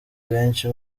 benshi